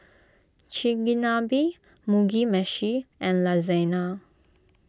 Chigenabe Mugi Meshi and Lasagna